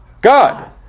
God